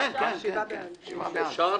אושר.